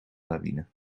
lawine